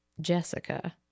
Jessica